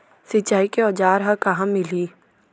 सिंचाई के औज़ार हा कहाँ मिलही?